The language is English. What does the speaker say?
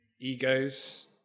egos